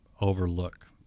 overlook